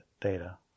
data